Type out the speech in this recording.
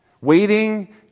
waiting